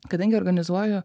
kadangi organizuoju